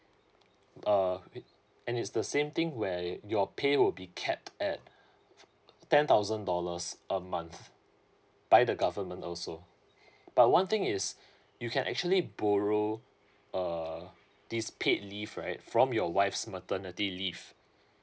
uh and it's the same thing where your pay will be capped at ten thousand dollars a month by the government also but one thing is you can actually borrow uh this paid leave right from your wife's maternity leave